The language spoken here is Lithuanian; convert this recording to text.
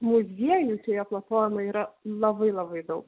muziejų šioje platformoje yra labai labai daug